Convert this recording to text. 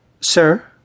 Sir